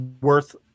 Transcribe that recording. worth